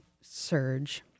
surge